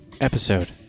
episode